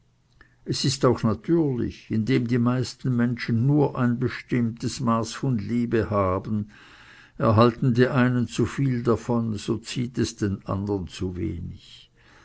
es ist auch natürlich indem die meisten menschen nur ein bestimmtes maß von liebe haben erhalten die einen zu viel davon so zieht es den andern zu wenig